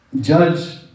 Judge